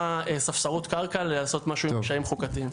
ספסרות קרקע לעשות משהו עם קשיים חוקתיים.